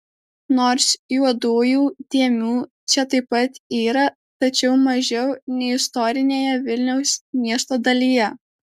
nors juodųjų dėmių čia taip pat yra tačiau mažiau nei istorinėje vilniaus miesto dalyje